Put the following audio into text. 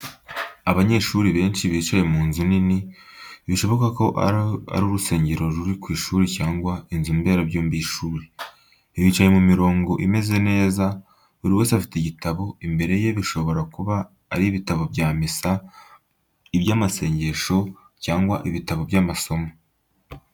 Abanyeshuri benshi bicaye mu nzu nini, bishoboka ko ari urusengero ruri ku ishuri cyangwa inzu mberabyombi y’ishuri. Bicaye mu mirongo imeze neza, buri wese afite igitabo imbere ye bishobora kuba ari ibitabo bya misa, iby'amasengesho, cyangwa ibitabo by’amasomo.